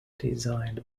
designed